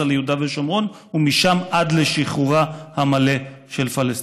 ליהודה ושומרון ומשם עד ל'שחרורה המלא של פלסטין'".